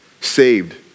saved